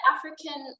African